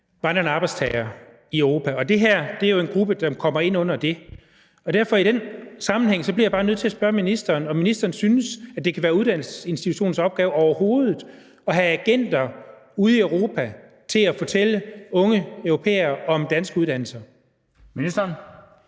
vandrende arbejdstagere i Europa, og det her er jo en gruppe, der kommer ind under det. Så i den sammenhæng bliver jeg bare nødt til at spørge ministeren, om ministeren synes, at det kan være uddannelsesinstitutionens opgave overhovedet at have agenter ude i Europa til at fortælle unge europæere om danske uddannelser. Kl.